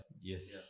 Yes